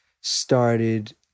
started